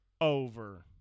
over